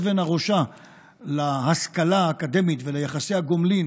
אבן הראשה להשכלה האקדמית וליחסי הגומלין